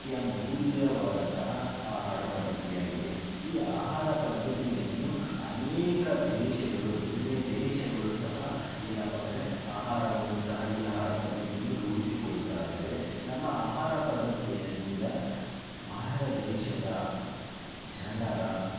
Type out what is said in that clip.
ಅತ್ಯಮೂಲ್ಯವಾದಂತಹ ಆಹಾರ ಪದ್ಧತಿಯಾಗಿದೆ ಈ ಆಹಾರ ಪದ್ದತಿಯನ್ನು ಅನೇಕ ದೇಶಗಳು ಬೇರೆ ದೇಶಗಳು ಸಹ ಏನಪ್ಪ ಅಂದರೆ ಆಹಾರವನ್ನು ಸಹ ಈ ಆಹಾರ ಪದ್ದತ್ಯನ್ನು ರೂಢಿಸಿ ಕೊಳ್ತಾ ಇದಾವೆ ನಮ್ಮ ಆಹಾರ ಪದ್ದತಿಯರಿಂದ ಭಾರತ ದೇಶದ ಜನರ